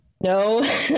No